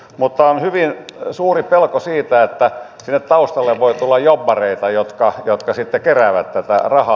mutta on hyvin suuri pelko siitä että sinne taustalle voi tulla jobbareita jotka sitten keräävät tätä rahaa